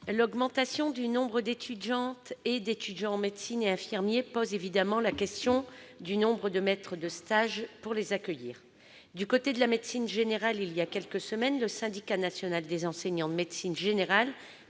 L'augmentation du nombre d'étudiantes et d'étudiants en médecine et de futurs infirmiers pose évidemment la question du nombre de maîtres de stage en mesure de les accueillir. Concernant la médecine générale, voilà quelques semaines, le Syndicat national des enseignants de médecine générale